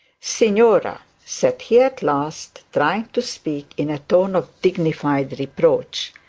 signora, said he at last, trying to speak in a tone of dignified reproach,